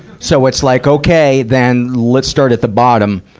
so it's like, okay. then, let's start at the bottom,